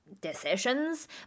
decisions